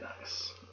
Nice